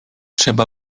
trzeba